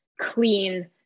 clean